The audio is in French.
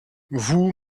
vous